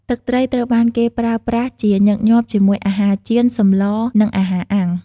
ទឹកត្រីត្រូវបានគេប្រើប្រាស់ជាញឹកញាប់ជាមួយអាហារចៀន សម្លរ និងអាហារអាំង។